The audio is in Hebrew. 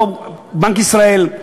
לא בנק ישראל,